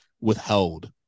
withheld